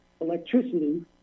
electricity